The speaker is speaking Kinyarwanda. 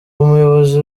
umuyobozi